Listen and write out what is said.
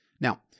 Now